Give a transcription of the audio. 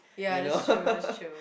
ya that's true that's true